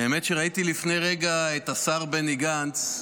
האמת היא שראיתי לפני רגע את השר בני גנץ,